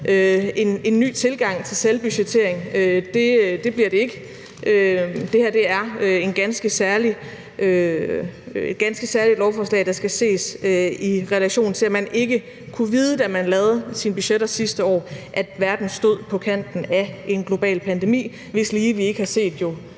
en ny tilgang til selvbudgettering, at det bliver det ikke. Det her er et ganske særligt lovforslag, der skal ses i relation til, at man ikke, da man lavede sine budgetter sidste år, kunne vide, at verden stod på kanten af en global pandemi, hvis lige vi ikke har set i